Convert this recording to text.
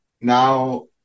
now